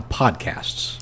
podcasts